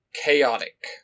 chaotic